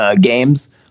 games